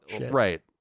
right